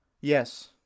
Yes